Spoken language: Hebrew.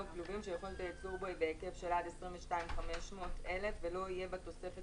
כלובים שיכולת הייצור בו היא בהיקף של עד 22,500 ולא יהיה בתוספת